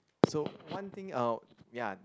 so one thing oh ya